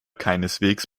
keineswegs